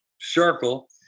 circle